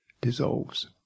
dissolves